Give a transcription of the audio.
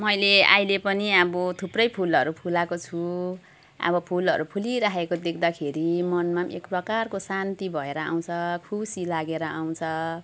मैले अहिले पनि अब थुप्रै फुलहरू फुलाएको छु अब फुलहरू फुलिरहेको देख्दाखेरि मनमा पनि एक प्रकारको शान्ति भएर आउँछ खुसी लागेर आउँछ